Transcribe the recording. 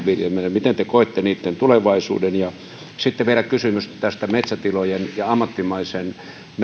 miten te koette niitten tulevaisuuden sitten vielä kysymys metsätilojen ja ammattimaisen